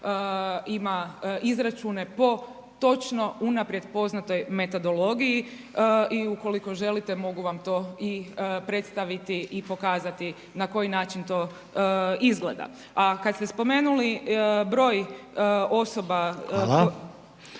ima izračune po točno unaprijed poznatoj metodologiji i ukoliko želite, mogu vam to i predstaviti i pokazati na koji način izgleda. A kad ste spomenuli broj osoba …